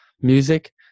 music